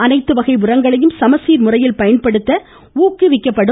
அனைத்து வகை உரங்களையும் சமச்சீர் முறையில் பயன்படுத்த ஊக்குவிக்கப்படும்